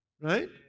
right